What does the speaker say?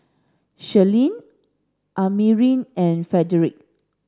Shirlene Amari and Frederic